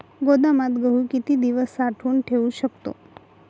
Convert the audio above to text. गोदामात गहू किती दिवस साठवून ठेवू शकतो?